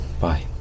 bye